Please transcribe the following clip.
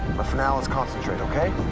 but for now let's concentrate okay?